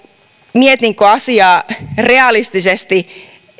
mietinkö asiaa realistisesti